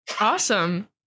awesome